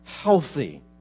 healthy